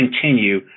continue